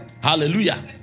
hallelujah